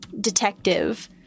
detective